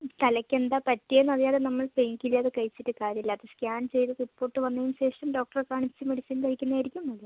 തലയ്ക്കെന്താണ് പറ്റിയതെന്നറിയാതെ നമ്മൾ pain killer കഴിച്ചിട്ട് കാര്യമില്ല അപ്പോൾ സ്കാൻ ചെയ്ത് റിപ്പോർട്ട് വന്നതിനുശേഷം ഡോക്ടറെ കാണിച്ച് മെഡിസിൻ കഴിക്കുന്നതായിരിക്കും നല്ലത്